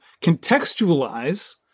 contextualize